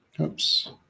Oops